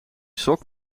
sok